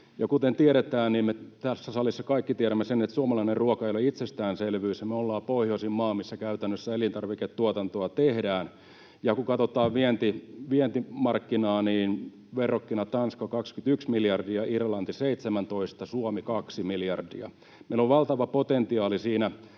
Kuten me kaikki tässä salissa tiedämme sen, suomalainen ruoka ei ole itsestäänselvyys ja me ollaan pohjoisin maa, missä käytännössä elintarviketuotantoa tehdään. Kun katsotaan vientimarkkinaa, niin verrokkina Tanska on 21 miljardia, Irlanti 17, Suomi 2 miljardia. Meillä on valtava potentiaali